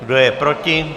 Kdo je proti?